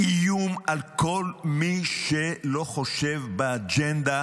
איום על כל מי שלא חושב באג'נדה